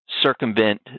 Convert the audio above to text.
circumvent